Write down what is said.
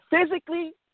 physically